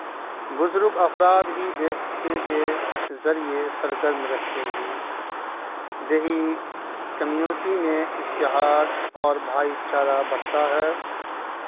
بزرگ افراد بھی دیکھنے کے ذریعے سرگرم رہتے ہیں دیہی کمیونٹی میں اتحاد اور بھائی چارہ بڑھتا ہے